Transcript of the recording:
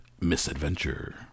misadventure